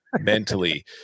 mentally